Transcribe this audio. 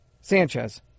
Sanchez